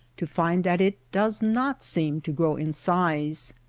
to find that it does not seem to grow in size.